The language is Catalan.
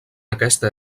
aquesta